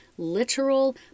literal